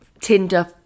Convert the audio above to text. Tinder